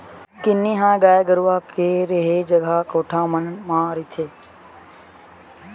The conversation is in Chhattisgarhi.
किन्नी ह गाय गरुवा के रेहे जगा कोठा मन म रहिथे